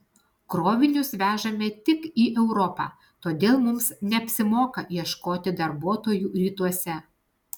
krovinius vežame tik į europą todėl mums neapsimoka ieškoti darbuotojų rytuose